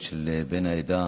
של בן העדה האתיופית.